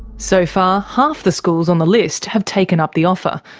so far half the schools on the list have taken up the offer,